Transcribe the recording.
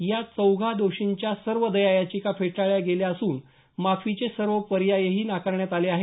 या चौघा दोषींच्या सर्व दयायाचिका फेटाळल्या गेल्या असून माफीचे सर्व पर्यायही नाकारण्यात आले आहेत